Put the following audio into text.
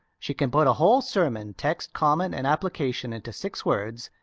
she can put a whole sermon, text, comment, and application, into six words,